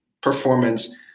performance